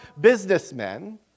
businessmen